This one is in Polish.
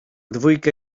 dwójkę